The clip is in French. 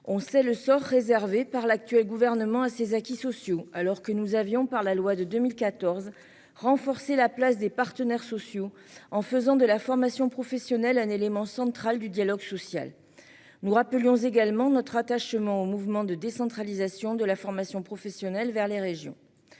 On sait le sort réservé par l'actuel gouvernement à ses acquis sociaux alors que nous avions par la loi de 2014. Renforcer la place des partenaires sociaux, en faisant de la formation professionnelle, un élément central du dialogue social, nous rappelions également notre attachement au mouvement de décentralisation de la formation professionnelle, vers les régions.